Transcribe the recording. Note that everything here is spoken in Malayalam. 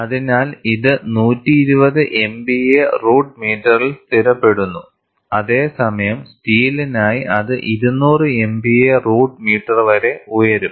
അതിനാൽ ഇത് 120 MPA റൂട്ട് മീറ്ററിൽ സ്ഥിരപ്പെടുന്നു അതേസമയം സ്റ്റീലിനായി അത് 200 MPA റൂട്ട് മീറ്റർവരെ ഉയരും